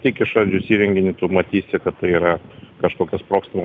tik išardžius įrenginį tu matysi kad tai yra kažkokia sprogstama